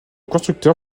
constructeur